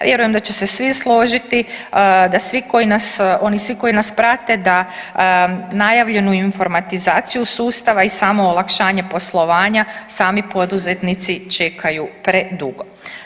Vjerujem da će se svi složiti da oni svi koji nas prate da najavljenu informatizaciju sustava i samo olakšanje poslovanja sami poduzetnici čekaju predugo.